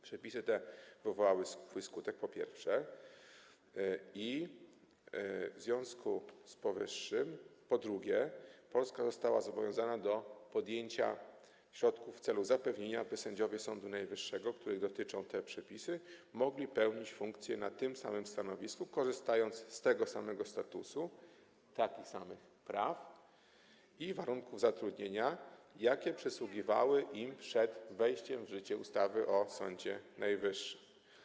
Przepisy te wywołały swój skutek, po pierwsze, i w związku z powyższym, po drugie, Polska została zobowiązana do podjęcia środków w celu zapewnienia, że sędziowie Sądu Najwyższego, których dotyczą te przepisy, będą mogli pełnić funkcje na tych samych stanowiskach, korzystając z tego samego statusu, takich samych praw i warunków zatrudnienia, jakie przysługiwały im przed wejściem w życie ustawy o Sądzie Najwyższym.